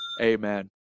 Amen